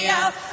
out